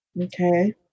Okay